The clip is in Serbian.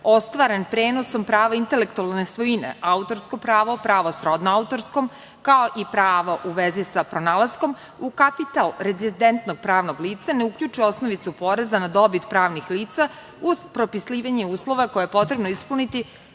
ostvaren prenosom prava intelektualne svojine, autorsko pravo, pravo srodno autorskom, kao i pravo u vezi sa pronalaskom, u kapital rezidentnog pravnog lica ne uključuje osnovicu poreza na dobit pravnih lica, uz propisivanje uslova koje je potrebno ispuniti